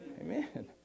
Amen